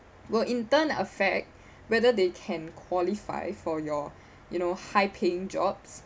will in turn affect whether they can qualify for your you know high paying jobs